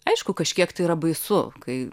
aišku kažkiek tai yra baisu kai